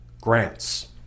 grants